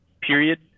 Period